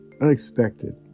unexpected